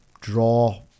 Draw